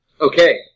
Okay